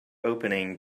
opening